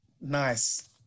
Nice